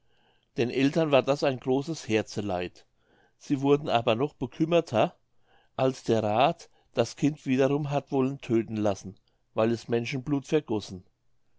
den eltern war das ein großes herzeleid sie wurden aber noch bekümmerter als der rath das kind wiederum hat wollen tödten lassen weil es menschenblut vergossen